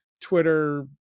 Twitter